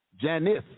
Janice